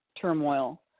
turmoil